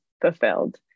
fulfilled